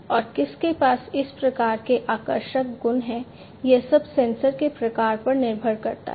और किसके पास किस प्रकार के आकर्षक गुण हैं यह सब सेंसर के प्रकार पर निर्भर करता है